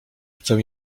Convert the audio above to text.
chcę